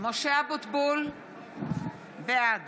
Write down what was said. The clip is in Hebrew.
משה אבוטבול, בעד